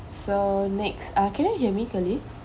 so next ah can you hear me clearly